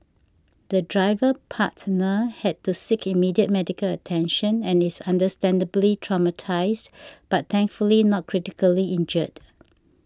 the driver partner had to seek immediate medical attention and is understandably traumatised but thankfully not critically injured